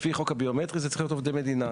לפי חוק הביומטרי זה צריך להיות עובדי מדינה,